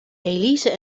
elise